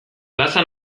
plaza